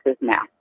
now